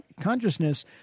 consciousness